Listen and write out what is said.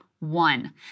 One